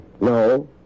No